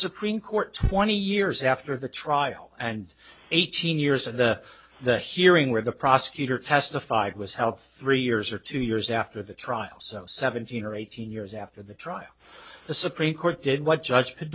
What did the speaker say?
supreme court twenty years after the trial and eighteen years of the the hearing where the prosecutor testified was help three years or two years after the trial so seventeen or eighteen years after the trial the supreme court did what judge